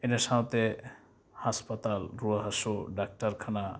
ᱤᱱᱟᱹ ᱥᱟᱶᱛᱮ ᱦᱟᱥᱯᱟᱛᱟᱞ ᱨᱩᱣᱟᱹᱼᱦᱟ ᱥᱩ ᱰᱟᱠᱴᱟᱨ ᱠᱷᱟᱱᱟ